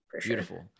Beautiful